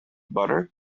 butter